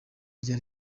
rya